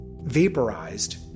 vaporized